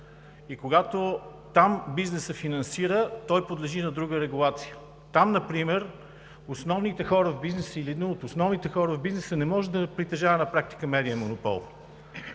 Когато там бизнесът финансира, той подлежи на друга регулация. Там например основните хора в бизнеса, или един от основните хора в бизнеса, не може да притежава на практика медиен монопол.